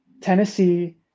Tennessee